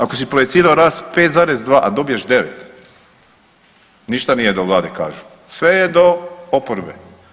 Ako si projecirao rast 5,2 a dobiješ 9, ništa nije do vlade kažu, sve je do oporbe.